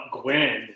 Gwen